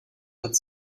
hat